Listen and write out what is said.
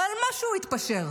ועל מה שהוא יתפשר?